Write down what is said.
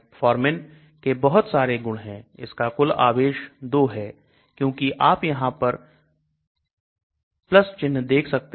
metformin के बहुत सारे गुण हैं इसका कुल आवेश 2 है क्योंकि आप यहां पर चिन्न देख सकते हैं